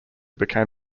became